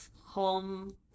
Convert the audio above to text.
home